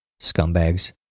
Scumbags